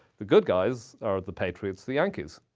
the good guys are the patriots the yankees.